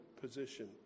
position